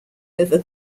over